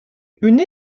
une